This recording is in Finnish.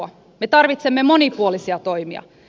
me tarvitsemme monipuolisia toimia